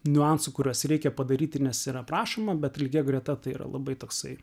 niuansų kuriuos reikia padaryti nes yra prašoma bet lygia greta tai yra labai toksai